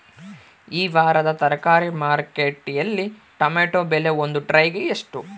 ಈ ವಾರದ ತರಕಾರಿ ಮಾರುಕಟ್ಟೆಯಲ್ಲಿ ಟೊಮೆಟೊ ಬೆಲೆ ಒಂದು ಟ್ರೈ ಗೆ ಎಷ್ಟು?